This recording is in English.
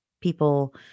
people